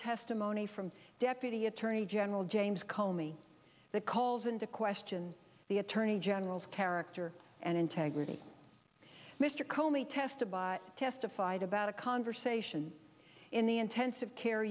testimony from deputy attorney general james comey that calls into question the attorney general's character and integrity mr comey testa by testified about a conversation in the intensive care